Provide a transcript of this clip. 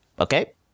Okay